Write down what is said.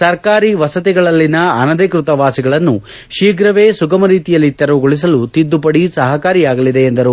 ಸರ್ಕಾರಿ ವಸತಿಗಳಲ್ಲಿನ ಅನಧಿಕೃತ ವಾಸಿಗಳನ್ನು ಶೀಘ್ರವೇ ಸುಗಮ ರೀತಿಯಲ್ಲಿ ತೆರವುಗೊಳಿಸಲು ತಿದ್ದುಪಡಿ ಸಹಕಾರಿಯಾಗಲಿದೆ ಎಂದರು